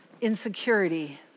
insecurity